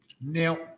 Now